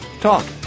Talk